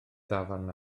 dafarn